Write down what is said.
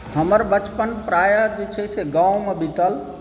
हमर बचपन प्रायः जे छै से गाँवमे बितल